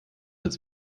als